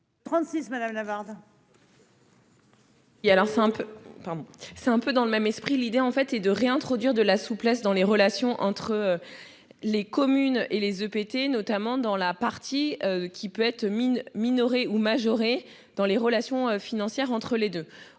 un peu. C'est un peu dans le même esprit l'idée en fait et de réintroduire de la souplesse dans les relations entre. Les communes et les EPT notamment dans la partie qui peut être mine minoré ou majoré dans les relations financières entre les deux